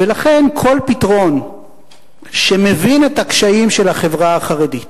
ולכן, כל פתרון שמבין את הקשיים של החברה החרדית,